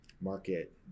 market